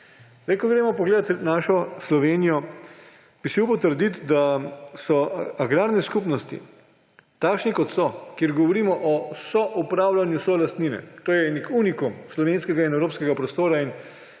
Ko gremo pogledat našo Slovenijo, bi si upal trditi, da so takšne agrarne skupnosti, kjer govorimo o soupravljanju solastnine, nek unikum slovenskega in evropskega prostora.